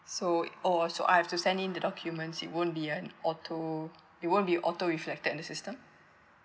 so oh so I have to send in the documents it won't be an auto it won't be auto reflect that in the system